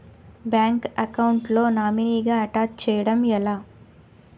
Bank account లో నామినీగా attach చేయడం ఎలా?